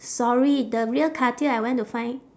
sorry the real cartier I went to find